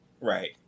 Right